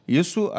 isso